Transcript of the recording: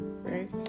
right